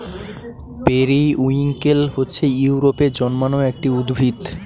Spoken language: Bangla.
পেরিউইঙ্কেল হচ্ছে ইউরোপে জন্মানো একটি উদ্ভিদ